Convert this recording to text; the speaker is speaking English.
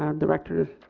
um director